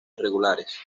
irregulares